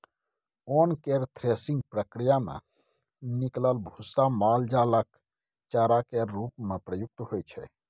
ओन केर थ्रेसिंग प्रक्रिया मे निकलल भुस्सा माल जालक चारा केर रूप मे प्रयुक्त होइ छै